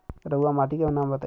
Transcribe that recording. रहुआ माटी के नाम बताई?